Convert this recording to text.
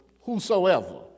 whosoever